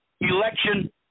election